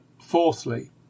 fourthly